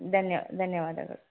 ಧನ್ಯ ಧನ್ಯವಾದಗಳು